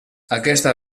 aquesta